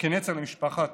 כנצר למשפחת